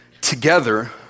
Together